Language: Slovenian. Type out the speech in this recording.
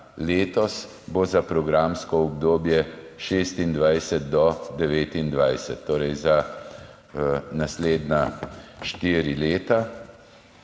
letos, bo za programsko obdobje 2026–2029, torej za naslednja štiri leta.